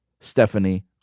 Stephanie